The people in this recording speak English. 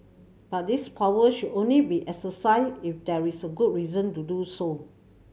but this power should only be exercised if there is a good reason to do so